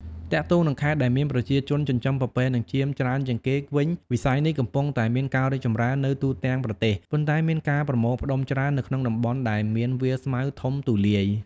ទាក់ទងនឹងខេត្តដែលមានប្រជាជនចិញ្ចឹមពពែនិងចៀមច្រើនជាងគេវិញ វិស័យនេះកំពុងតែមានការរីកចម្រើននៅទូទាំងប្រទេស ប៉ុន្តែមានការប្រមូលផ្តុំច្រើននៅក្នុងតំបន់ដែលមានវាលស្មៅធំទូលាយ។